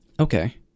okay